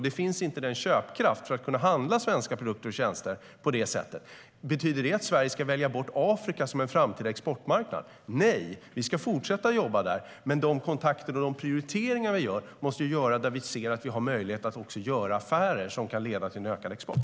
Det finns inte köpkraft för att kunna handla svenska produkter och tjänster på det sättet. Betyder det att Sverige ska välja bort Afrika som en framtida exportmarknad? Nej, vi ska fortsätta att jobba där. Men de kontakter vi har och de prioriteringar vi gör måste vi göra där vi ser att vi har möjlighet att också göra affärer som kan leda till en ökad export.